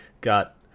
got